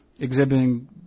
exhibiting